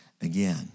again